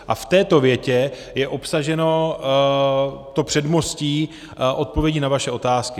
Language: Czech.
A v této větě je obsaženo to předmostí odpovědi na vaše otázky.